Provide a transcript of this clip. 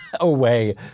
away